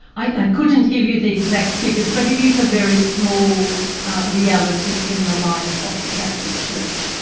i couldn't give you the exact figures but it is a very small reality in the life of the catholic church.